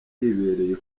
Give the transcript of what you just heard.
yibereye